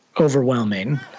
overwhelming